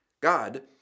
God